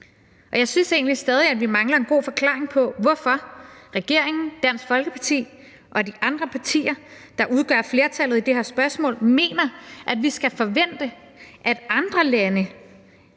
Jeg synes egentlig stadig, at vi mangler en god forklaring på, hvorfor regeringen, Dansk Folkeparti og de andre partier, der udgør flertallet i det her spørgsmål, mener, at vi skal forvente af andre lande,